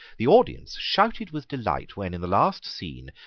the audience shouted with delight when, in the last scene,